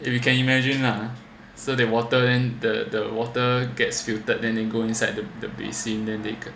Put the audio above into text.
if you can imagine lah so they water then the water gets filtered then they go inside the the basin and